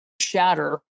shatter